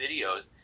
videos